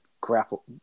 grapple